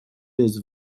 jest